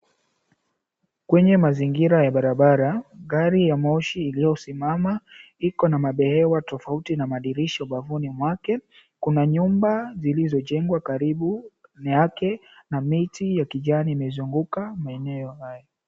Kwenye mazingira ya barabara, gari ya moshi iliyosimama. Iko na mabehewa tofauti na madirisha ubavuni mwake. Kuna nyumba zilizojengwa karibu yake, na miti ya kijani imezunguka maeneo hayo.